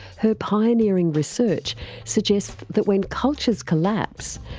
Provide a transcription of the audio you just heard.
her pioneering research suggests that when cultures collapse,